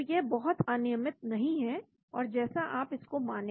तो यह बहुत अनियमित नहीं है और जैसा आप इसको माने